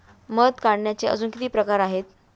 मध काढायचे अजून किती प्रकार आहेत?